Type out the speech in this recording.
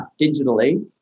digitally